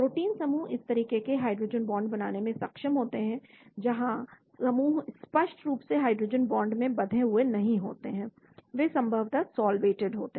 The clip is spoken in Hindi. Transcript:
प्रोटीन समूह इस तरह के हाइड्रोजन बांड बनाने में सक्षम होते हैं जहां समूह स्पष्ट रूप से हाइड्रोजन बांड में बंधे हुए नहीं होते हैं वे संभवतः सॉल्वेटेड होते हैं